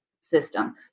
system